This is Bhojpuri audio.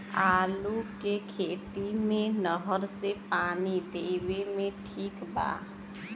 आलू के खेती मे नहर से पानी देवे मे ठीक बा?